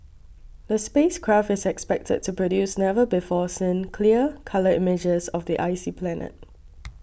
the space craft is expected to produce never before seen clear colour images of the icy planet